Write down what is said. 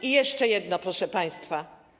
I jeszcze jedno, proszę państwa.